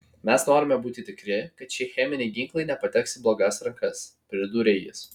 mes norime būti tikri kad šie cheminiai ginklai nepateks į blogas rankas pridūrė jis